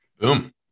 Boom